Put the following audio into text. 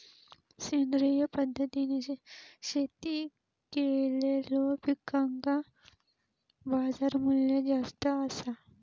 सेंद्रिय पद्धतीने शेती केलेलो पिकांका बाजारमूल्य जास्त आसा